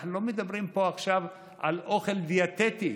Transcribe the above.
אנחנו לא מדברים פה עכשיו על אוכל דיאטטי,